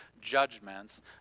judgments